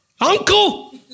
uncle